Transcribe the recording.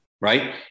right